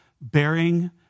bearing